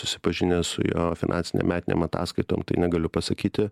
susipažinęs su jo finansinėm metinėm ataskaitom tai negaliu pasakyti